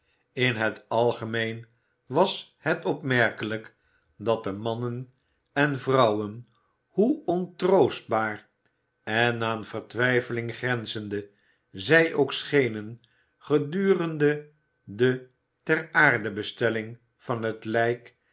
in het algemeen was het opmerkelijk dat de mannen en vrouwen hoe ontroostbaar en aan vertwijfeling grenzende zij ook schenen gedurende de ter aardebestelling van het lijk